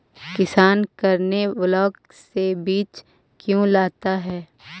किसान करने ब्लाक से बीज क्यों लाता है?